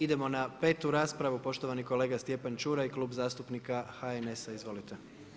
Idemo na petu raspravu, poštovani kolega Stjepan Čuraj, Klub zastupnika HNS-a, izvolite.